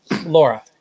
Laura